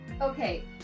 Okay